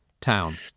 town